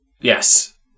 Yes